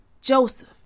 Joseph